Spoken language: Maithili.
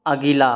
अगिला